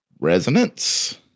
resonance